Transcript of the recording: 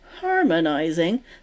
harmonizing